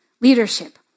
leadership